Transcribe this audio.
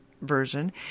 version